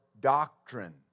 doctrine